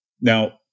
Now